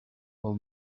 all